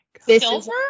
Silver